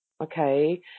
okay